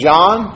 John